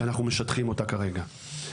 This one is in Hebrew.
שאנחנו משטחים אותה כרגע.